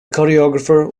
choreographer